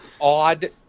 odd